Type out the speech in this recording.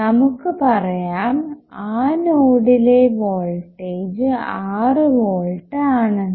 നമുക്ക് പറയാം ആ നോഡിലെ വോൾടേജ് ആറ് വോൾട്ട് ആണെന്ന്